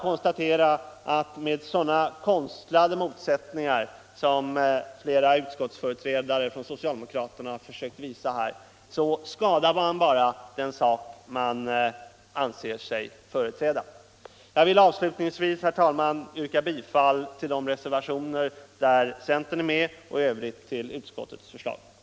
Men med sådana konstlade motsättningar, som fera socialdemokratiska företrädare för utskottet här försökt blåsa upp, skadar man bara den sak man anser sig företräda. Herr talman! Avslutningsvis vill jag yrka bifall till de reservationer där centern är med, och i övrigt yrkar jag bifall till utskottets hemställan.